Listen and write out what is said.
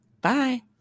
Bye